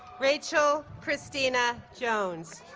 rachel kristina jones